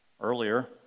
earlier